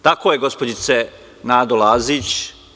Tako je gospođice Nado Lazić.